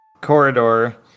corridor